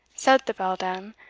said the beldam,